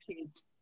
kids